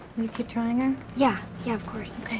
you keep trying her? yeah. yeah. of course.